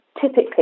typically